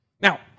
Now